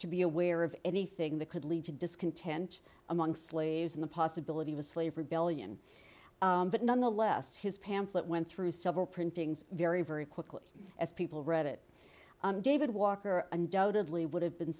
to be aware of anything that could lead to discontent among slaves and the possibility of a slave rebellion but nonetheless his pamphlet went through several printings very very quickly as people read it and david walker undoubtedly would have been